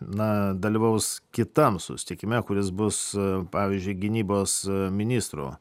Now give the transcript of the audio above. na dalyvaus kitam susitikime kuris bus pavyzdžiui gynybos ministrų